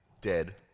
dead